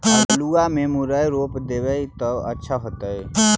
आलुआ में मुरई रोप देबई त अच्छा होतई?